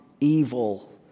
evil